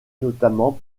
notamment